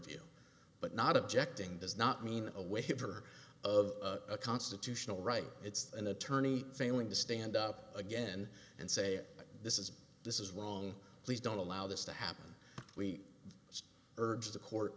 review but not objecting does not mean a waiver of a constitutional right it's an attorney failing to stand up again and say this is this is wrong please don't allow this to happen we just urge the court